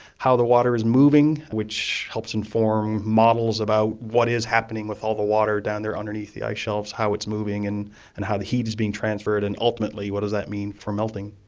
how the water is moving, which helps inform models about what is happening with all the water down there underneath the ice shelves, how it's moving and and how the heat is being transferred, and ultimately what does that mean for melting.